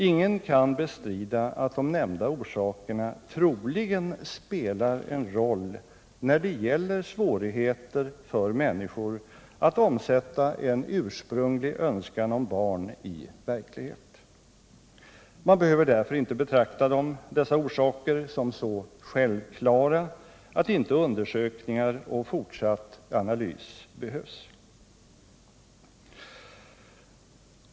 Ingen kan bestrida att de nämnda orsakerna troligen spelar en roll när det gäller svårigheten för människor att omsätta en ursprunglig önskan om barn i verklighet. Man behöver inte betrakta dessa orsaker som så självklara att inte undersökningar och fortsatt analys erfordras.